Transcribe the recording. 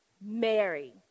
Mary